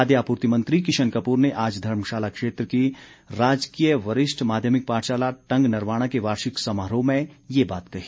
खाद्य आपूर्ति मंत्री किशन कपूर ने आज धर्मशाला क्षेत्र की राजकीय वरिष्ठ माध्यमिक पाठशाला टंग नरवाणा के वार्षिक समारोह में ये बात कही